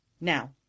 Now